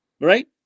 Right